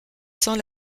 sans